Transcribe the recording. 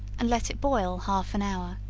and let it boil half and hour.